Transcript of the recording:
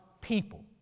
people